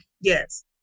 Yes